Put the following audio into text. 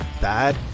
bad